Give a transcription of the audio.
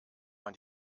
man